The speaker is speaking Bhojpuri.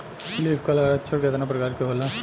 लीफ कल लक्षण केतना परकार के होला?